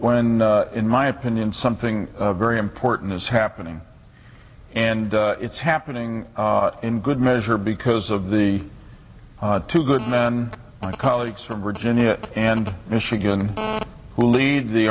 when in my opinion something very important is happening and it's happening in good measure because of the two good men my colleagues from virginia and michigan who lead the